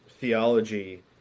theology